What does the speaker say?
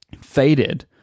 faded